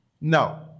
No